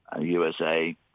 USA